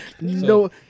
No